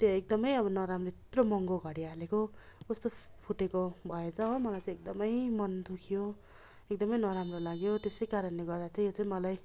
त्यो एकदमै अब नराम्रो त्यत्रो महँगो घडी हालेको कस्तो फुटेको भएछ हो मलाई चाहिँ एकदम मन दुख्यो एकदम नराम्रो लाग्यो त्यसै कारणले गर्दा चाहिँ यो चाहिँ मलाई